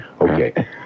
Okay